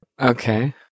okay